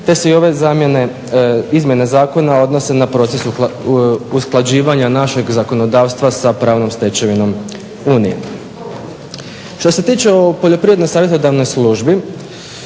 te se i ove izmjena zakona odnose na proces usklađivanja našeg zakonodavstva sa pravnom stečevinom EU. Što se tiče o Poljoprivrednoj savjetodavnoj službi,